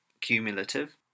cumulative